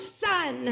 son